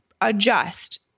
adjust